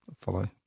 follow